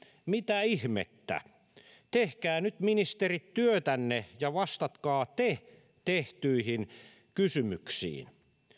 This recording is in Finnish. mitä ihmettä tehkää nyt ministerit työtänne ja vastatkaa te tehtyihin kysymyksiin